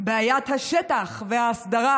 בעיית השטח וההסדרה.